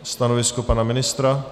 Stanovisko pana ministra?